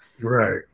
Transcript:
right